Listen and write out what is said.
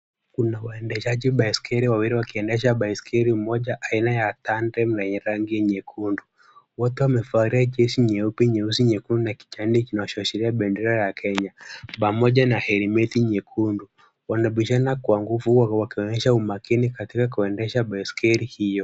Kuna waendeshaji baiskeli wawili, wakiendesha baiskeli moja aina ya Kanten yenye rangi nyekundu. Wote wamevalia jezi nyeupe, nyeusi, nyekundu na kijani vinavyoashiria bendera ya Kenya, pamoja na helmeti nyekundu. Wanabishana kwa nguvu huku wakionyesha umakini katika kuendesha baiskeli hiyo.